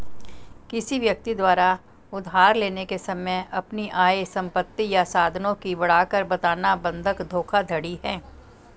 किसी व्यक्ति द्वारा उधार लेने के समय अपनी आय, संपत्ति या साधनों की बढ़ाकर बताना बंधक धोखाधड़ी है